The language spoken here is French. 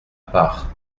part